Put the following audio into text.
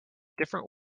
different